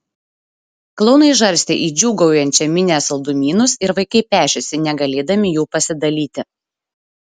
klounai žarstė į džiūgaujančią minią saldumynus ir vaikai pešėsi negalėdami jų pasidalyti